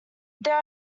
there